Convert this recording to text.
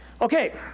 Okay